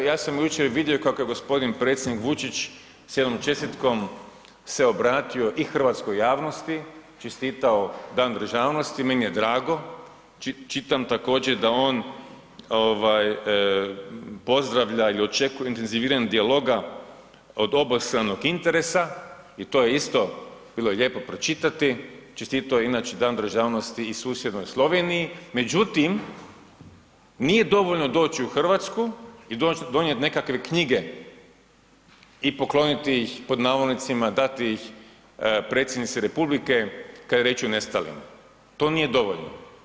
Ja sam jučer vidio kako je gospodin predsjednik Vučić s jednom čestitkom se obratio i hrvatskoj javnosti, čestitao Dan državnosti, meni je drago, čitam također da on ovaj pozdravlja ili očekuje intenziviranje dijaloga od obostranog interesa i to je isto bilo lijepo pročitati, čestitao je inače i Dan državnosti i susjednoj Sloveniji, međutim nije dovoljno doći u Hrvatsku i donijeti nekakve knjige i pokloniti ih, pod navodnicima dati ih predsjednici Republike kad je riječ o nestalima, to nije dovoljno.